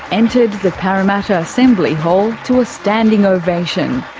entered the parramatta assembly hall to a standing ovation.